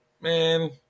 man